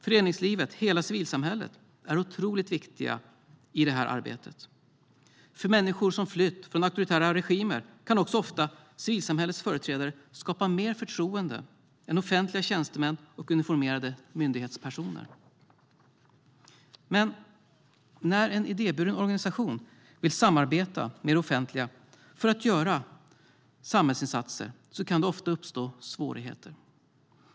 Föreningslivet, hela civilsamhället, är otroligt viktigt i integrationsarbetet. För människor som flytt från auktoritära regimer kan också ofta civilsamhällets företrädare skapa mer förtroende än offentliga tjänstemän och uniformerade myndighetspersoner. Men när en idéburen organisation vill samarbeta med det offentliga för att göra samhällsinsatser kan det ofta uppstå svårigheter.